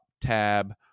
tab